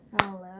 Hello